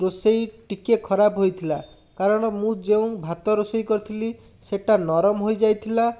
ରୋଷେଇ ଟିକେ ଖରାପ ହୋଇଥିଲା କାରଣ ମୁଁ ଯେଉଁ ଭାତ ରୋଷେଇ କରିଥିଲି ସେଇଟା ନରମ ହୋଇଯାଇଥିଲା